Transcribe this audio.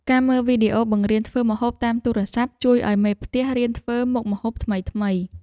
ការមើលវីដេអូបង្រៀនធ្វើម្ហូបតាមទូរស័ព្ទ ជួយឱ្យមេផ្ទះរៀនធ្វើមុខម្ហូបថ្មីៗ។